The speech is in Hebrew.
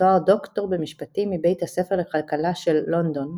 ותואר דוקטור במשפטים מבית הספר לכלכלה של לונדון,